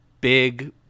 big